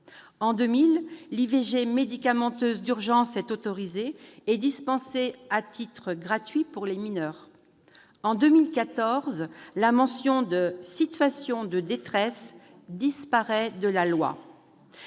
En 2000, l'IVG médicamenteuse d'urgence est autorisée et dispensée à titre gratuit pour les mineures. En 2014, la mention « situation de détresse » disparaît de la loi.